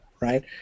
right